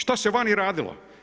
Što se vani radilo?